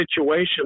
situation